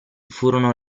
furono